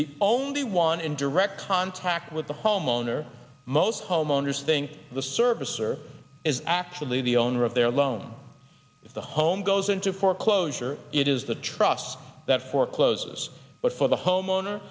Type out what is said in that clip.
the only one in direct contact with the homeowner most homeowners think the service or is actually the owner of their loan if the home goes into foreclosure it is the trusts that foreclose but for the homeowner